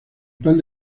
pan